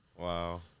Wow